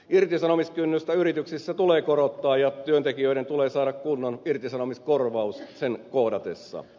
irtisanomiskynnystä yrityksissä tulee korottaa ja työntekijöiden tulee saada kunnon irtisanomiskorvaus sen kohdatessa